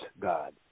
God